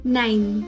nine